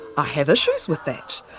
ah have issues with that.